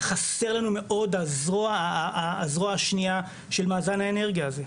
חסר לנו מאוד הזרוע השנייה של מאזן האנרגיה הזה.